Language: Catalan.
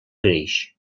greix